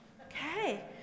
Okay